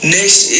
Next